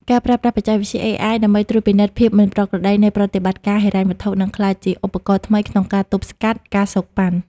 ការប្រើប្រាស់បច្ចេកវិទ្យា AI ដើម្បីត្រួតពិនិត្យភាពមិនប្រក្រតីនៃប្រតិបត្តិការហិរញ្ញវត្ថុ នឹងក្លាយជាឧបករណ៍ថ្មីក្នុងការទប់ស្កាត់ ការសូកប៉ាន់។